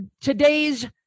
today's